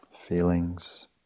feelings